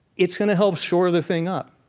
it's going to help shore the thing up.